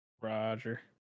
roger